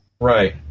Right